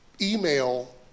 Email